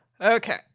okay